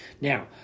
Now